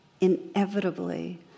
inevitably